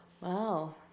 Wow